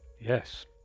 Yes